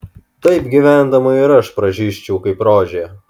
taip gyvendama ir aš pražysčiau kaip rožė